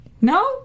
No